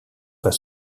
pas